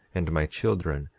and my children,